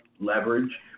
leverage